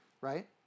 right